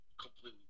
completely